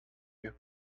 you